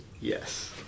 Yes